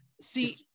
see